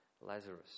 Lazarus